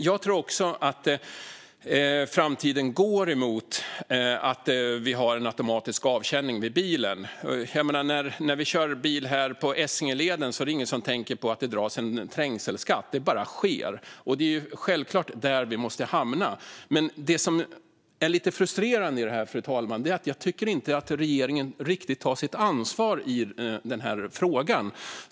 Jag tror också att vi går mot en framtid där det är en automatisk avkänning av bilen. När vi kör bil på Essingeleden är det ingen som tänker på att det dras en trängselskatt - det bara sker. Det är självklart att det är där vi måste hamna. Men det som är lite frustrerande, fru talman, är att jag inte riktigt tycker att regeringen tar sitt ansvar i denna fråga.